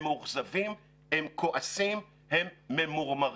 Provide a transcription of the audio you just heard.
הם מאוכזבים, הם כועסים, הם ממורמרים.